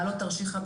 מעלות-תרשיחא,